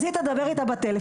אז היא מדברת איתה בטלפון,